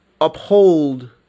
Uphold